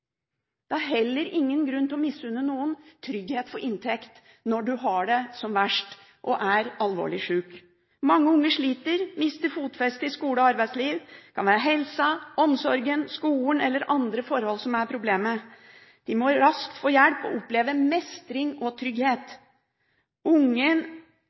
Det er heller ingen grunn til å misunne noen trygghet for inntekt når de har det som verst og er alvorlig sjuke. Mange unge sliter, de mister fotfestet i skole og arbeidsliv. Det kan være helsa, omsorgen, skolen eller andre forhold som er problemet. De må raskt få hjelp og oppleve mestring og trygghet. Dette ansvaret har heimen, skolen, barnevernet, Nav, helsevesenet. Unge